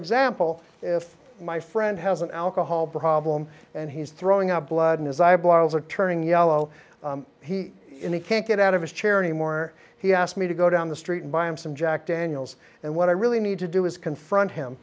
example if my friend has an alcohol problem and he's throwing up blood in his eyeballs are turning yellow he in the can't get out of his chair anymore he asked me to go down the street and buy him some jack daniels and what i really need to do is confront him